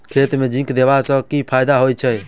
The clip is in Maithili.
खेत मे जिंक देबा सँ केँ फायदा होइ छैय?